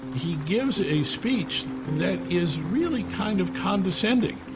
he gives a speech that is really kind of condescending.